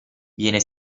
viene